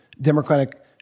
Democratic